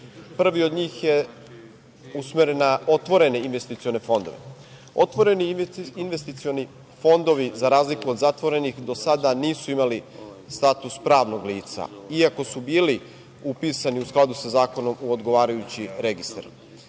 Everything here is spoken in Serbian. od njih je usmeren na otvorene investicione fondove. Otvoreni investicioni fonovi za razliku od zatvorenih do sada nisu imali status pravnog lica, iako su bili upisani u skladu sa zakonom u odgovarajući registar.